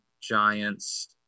giants